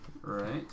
right